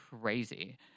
crazy